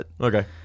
Okay